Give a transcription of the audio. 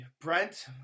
Brent